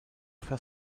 faire